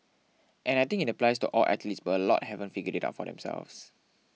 and I think it applies to all athletes but a lot haven't figured it out for themselves